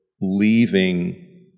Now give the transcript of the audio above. leaving